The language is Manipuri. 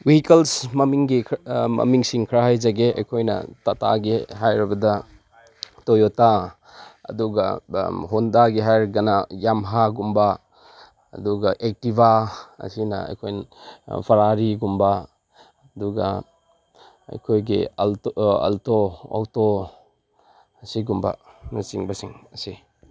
ꯚꯤꯍꯤꯀꯜꯁ ꯃꯃꯤꯡꯒꯤ ꯃꯃꯤꯡꯁꯤꯡ ꯈꯔ ꯍꯥꯏꯖꯒꯦ ꯑꯩꯈꯣꯏꯅ ꯇꯇꯥꯒꯤ ꯍꯥꯏꯔꯕꯗ ꯇꯣꯌꯣꯇꯥ ꯑꯗꯨꯒ ꯍꯣꯟꯗꯥꯒꯤ ꯍꯥꯏꯔꯒꯅ ꯌꯝꯍꯥꯒꯨꯝꯕ ꯑꯗꯨꯒ ꯑꯦꯛꯇꯤꯚꯥ ꯑꯁꯤꯅ ꯑꯩꯈꯣꯏ ꯐꯔꯥꯔꯤꯒꯨꯝꯕ ꯑꯗꯨꯒ ꯑꯩꯈꯣꯏꯒꯤ ꯑꯜꯇꯣ ꯑꯣꯛꯇꯣ ꯑꯁꯤꯒꯨꯝꯕ ꯅꯆꯤꯡꯕꯁꯤꯡ ꯑꯁꯤ